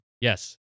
Yes